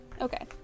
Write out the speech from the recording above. Okay